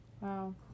Wow